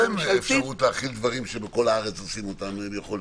להם אפשרות להחיל דברים שבכל הארץ עושים אותם והם יכולים.